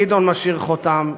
גדעון משאיר חותם,